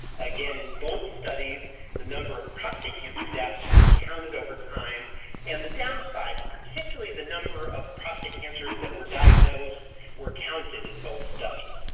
again, in both studies the number of prostate cancer deaths were counted over time and the downsides, particularly the number of prostate cancers that were diagnosed were counted in both studies.